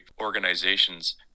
organizations